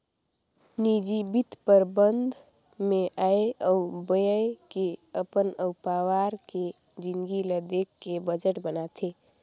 निजी बित्त परबंध मे आय अउ ब्यय के अपन अउ पावार के जिनगी ल देख के बजट बनाथे